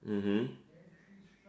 mmhmm